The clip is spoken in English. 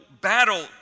battle